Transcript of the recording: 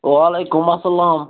وَعلیکُم اَسلام